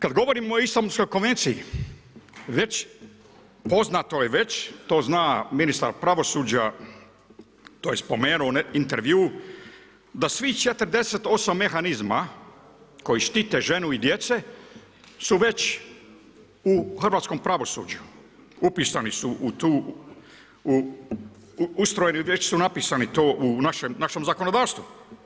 Kada govorimo o Istambulskoj konvenciji već poznatoj već to zna ministar pravosuđa to je spomenuo u intervju da svih 48 mehanizma koji štite žene i djecu su već u hrvatskom pravosuđu, upisani su ustrojeni … napisani u našem zakonodavstvu.